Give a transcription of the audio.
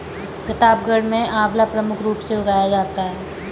प्रतापगढ़ में आंवला प्रमुख रूप से उगाया जाता है